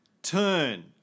Turn